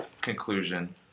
conclusion